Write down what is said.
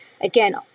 again